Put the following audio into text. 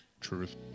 Truth